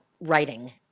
writing